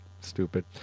stupid